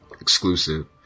exclusive